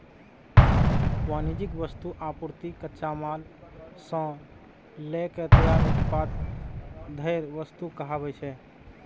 वाणिज्यिक वस्तु, आपूर्ति, कच्चा माल सं लए के तैयार उत्पाद धरि वस्तु कहाबै छै